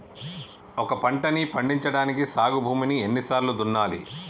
ఒక పంటని పండించడానికి సాగు భూమిని ఎన్ని సార్లు దున్నాలి?